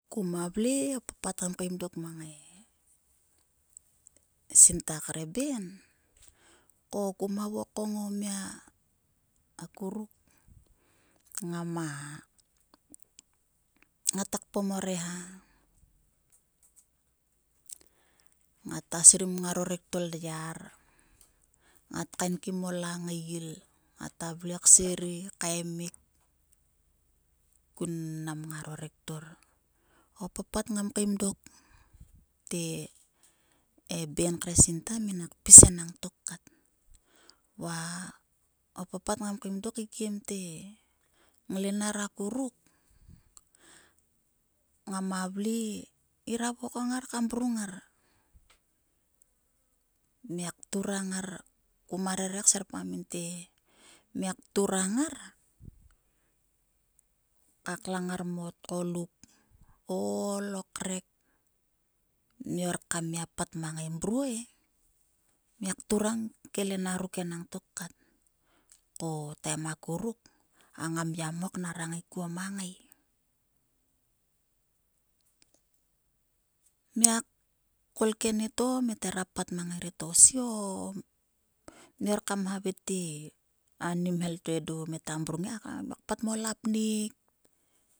Kuma vle o papat ngam kam dok mang e sinta kre ben ko kuma vokom o mia a kuruk ngama ngata kpom o reha, ngat sirn o retor lyar ngat kaenkim o langael ngata vle ksirei kaemik kun mnam ngaro rektor o papat ngam kain dok te e ben kre sinta minak pis enangtok kat. Va o papat ngam kaim dok kaikiemte nglenar akuruk ngama vle. Miak turang ngar. miak miak turang ngar kpat mang ngar mo ol mo krek. mo tgluk mia or kam pat mang ngai mruo e miak turang kelenar ruk enangtok kat ko o taim akuruk a ngam yamok nera ngai kuo ma ngai kat. Miak kol anietto miak pat me rieto si o a a ni mhel to. Miak pat mo lapnek